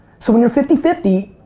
so when you're fifty fifty,